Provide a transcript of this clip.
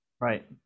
right